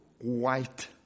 white